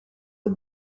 the